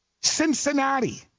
Cincinnati